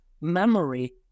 memory